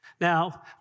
Now